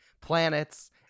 planets